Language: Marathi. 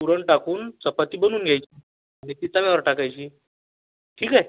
पुरन टाकून चपाती बनवून घ्यायची नि ती तव्यावर टाकायची ठीकंय